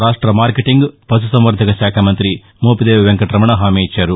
రాష్ట మార్కెటింగ్ పశుసంవర్గక శాఖ మంతి మోపిదేవి వెంకటరమణ హామీ ఇచ్చారు